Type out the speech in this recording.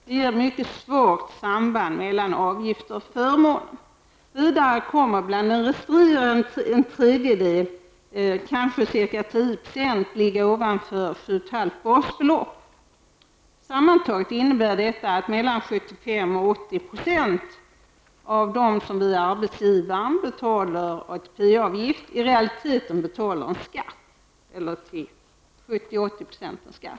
Det ger ett mycket svagt samband mellan avgifter och förmåner. Vidare kommer av den resterande tredjedelen kanske ca 10 % att ligga ovanför 7,5 basbelopp. Sammantaget innebär detta att mellan 75 och 80 % av dem som via arbetsgivaren betalar ATP-avgift i realiteten betalar till 70--80 % enskatt.